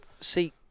See